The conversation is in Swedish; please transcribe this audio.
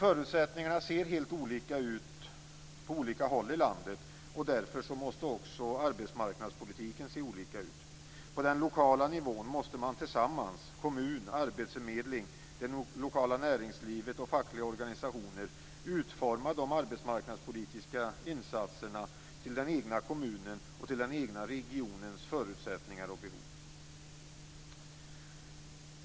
Förutsättningarna ser helt olika ut på olika håll i landet, och därför måste också arbetsmarknadspolitiken se olika ut. På den lokala nivån måste kommunen, arbetsförmedlingen, det lokala näringslivet och fackliga organisationer tillsammans utforma de arbetsmarknadspolitiska insatserna till den egna kommunens och den egna regionens förutsättningar och behov.